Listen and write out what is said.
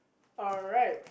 alright